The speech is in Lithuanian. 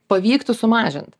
pavyktų sumažint